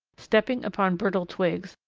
stepping upon brittle twigs,